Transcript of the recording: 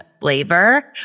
flavor